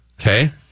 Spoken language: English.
Okay